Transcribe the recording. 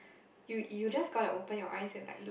you you just go and open your eyes and likes look